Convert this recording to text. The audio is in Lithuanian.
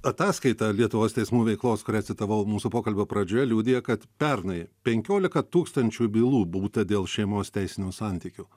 ataskaita lietuvos teismų veiklos kurią citavau mūsų pokalbio pradžioje liudija kad pernai penkiolika tūkstančių bylų būta dėl šeimos teisinių santykių